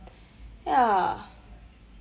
ya